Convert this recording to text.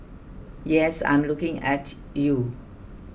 yes I'm looking at you